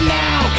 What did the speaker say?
now